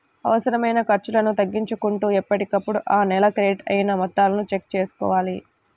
అనవసరమైన ఖర్చులను తగ్గించుకుంటూ ఎప్పటికప్పుడు ఆ నెల క్రెడిట్ అయిన మొత్తాలను చెక్ చేసుకోవాలి